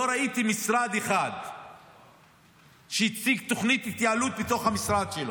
לא ראיתי משרד אחד שהציג תוכנית התייעלות בתוך המשרד שלו,